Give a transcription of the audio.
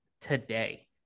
today